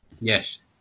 Yes